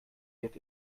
wird